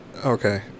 Okay